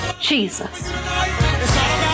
Jesus